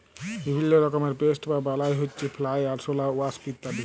বিভিল্য রকমের পেস্ট বা বালাই হউচ্ছে ফ্লাই, আরশলা, ওয়াস্প ইত্যাদি